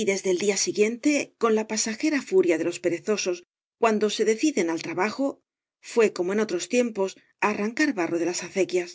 y desde el día siguiente on la pasajera furia de los perezosos cuando se deciden al trabajo fué comj en otros tiempos á arrancar barro de las acequias